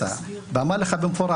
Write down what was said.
לכן בגרמניה עשו את זה ואמרו: